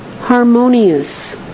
harmonious